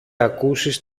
ακούσεις